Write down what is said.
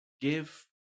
give